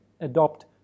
adopt